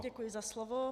Děkuji za slovo.